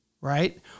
right